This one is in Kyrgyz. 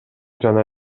жана